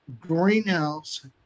Greenhouse